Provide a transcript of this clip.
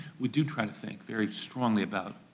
we do try to think very strongly about